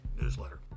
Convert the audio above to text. newsletter